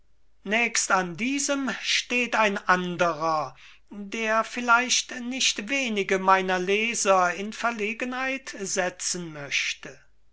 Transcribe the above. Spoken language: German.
nächst an diesem stehet ein anderer der vielleicht nicht wenige meiner leser in verlegenheit setzen möchte